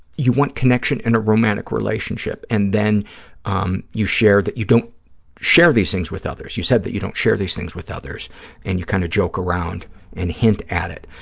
you want connection in a romantic relationship, and then um you shared that you don't share these things with others. you said that you don't share these things with others and you kind of joke around and hint at it.